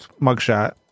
mugshot